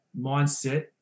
mindset